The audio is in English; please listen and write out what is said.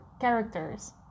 characters